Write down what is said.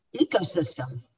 ecosystem